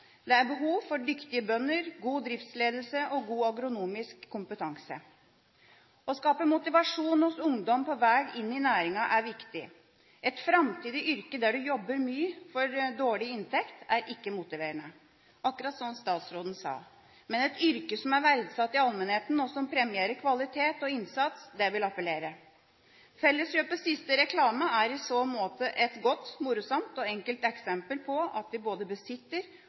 er behov for dyktige bønder, god driftsledelse og god agronomisk kompetanse.» Å skape motivasjon hos ungdom på veg inn i næringa er viktig. Et framtidig yrke der du jobber mye for dårlig inntekt, er ikke motiverende – akkurat som statsråden sa. Men et yrke som er verdsatt i allmennheten, og som premierer kvalitet og innsats, vil appellere . Felleskjøpets siste reklame er i så måte et godt, morsomt og enkelt eksempel på at vi både besitter